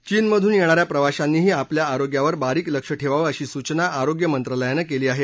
चीनमधून येणाऱ्या प्रवाशांनीही आपल्या आरोग्यावर बारीक लक्ष ठेवावं अशी सूचना आरोग्य मंत्रालयानं केली आहे